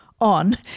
on